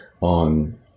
on